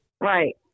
right